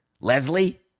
Leslie